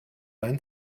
einen